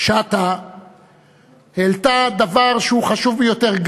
שטה העלתה דבר חשוב ביותר,